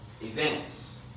events